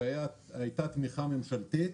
כשהייתה תמיכה ממשלתית,